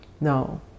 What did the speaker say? No